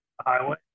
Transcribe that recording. highway